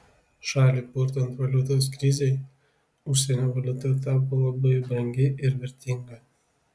šalį purtant valiutos krizei užsienio valiuta tapo labai brangi ir vertinga